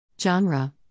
Genre